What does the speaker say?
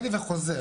בסדר.